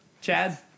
Chad